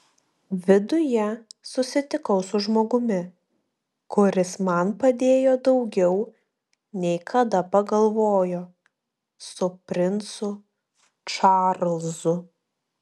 viduje susitikau su žmogumi kuris man padėjo daugiau nei kada pagalvojo su princu čarlzu